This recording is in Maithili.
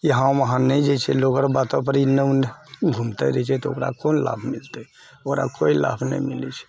यहाँ वहाँ नहि जाइ छै लोकरऽ बातऽपर एन्ने ओन्ने घूमतऽ रहै छै तऽ ओकरा कोन लाभ मिलतै ओकरा कोइ लाभ नहि मिलै छै